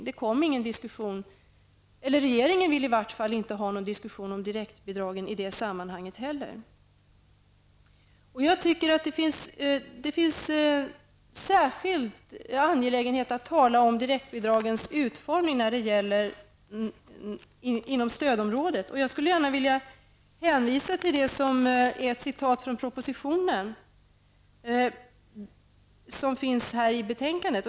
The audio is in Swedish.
Det kom ingen diskussion och regeringen vill i varje fall inte ha någon diskussion om direktbidragen i det sammanhanget heller. Jag tycker att det är särskilt angeläget att tala om direktbidragens utformning när det gäller stödområdet. Jag skulle gärna vilja hänvisa till ett citat från propositionen som finns i det här betänkandet.